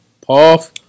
Puff